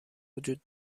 وجود